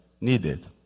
needed